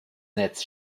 netz